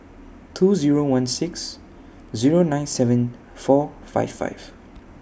two Zero one six Zero nine seven four five five